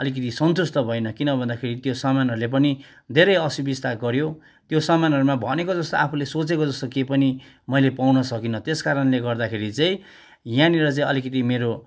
अलिकति सन्तुष्ट भइनँ किन भन्दाखेरि त्यो सामानहरूले पनि धेरै असुविस्ता गऱ्यो त्यो सामानहरूमा भनेको जस्तो आफूले सोचेको जस्तो केही पनि मैले पाउन सकिनँ त्यसकारणले गर्दाखेरि चाहिँ यहाँनिर चाहिँ अलिकति मेरो